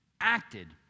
acted